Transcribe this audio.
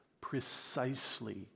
precisely